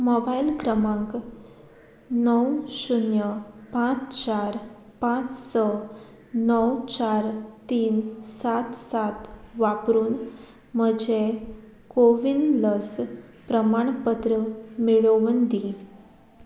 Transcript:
mobile क्रमांक णव शुन्य पांच चार पांच स णव चार तीन सात सात वापरून म्हजें कोवीन लस प्रमाणपत्र मेळोवन दी